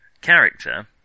character